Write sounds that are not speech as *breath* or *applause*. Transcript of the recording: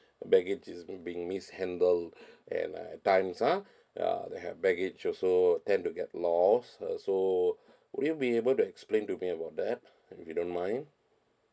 baggage is being mishandled *breath* and uh uh they have baggage also tend to get lost uh so would you be able to explain to me about that if you don't mind